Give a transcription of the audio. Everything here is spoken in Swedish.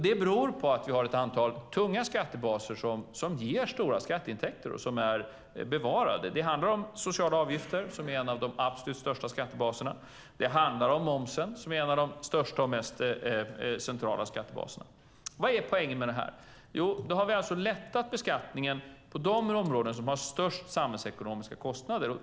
Det beror på att vi har ett antal tunga skattebaser som ger stora skatteintäkter och som är bevarade. Det handlar om sociala avgifter som är en av de största skattebaserna. Det handlar också om momsen som är en av de största och mest centrala skattebaserna. Vad är poängen med detta? Jo, vi har lättat beskattningen på de områden som har störst samhällsekonomiska kostnader.